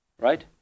right